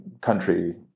country